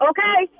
Okay